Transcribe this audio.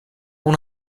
اون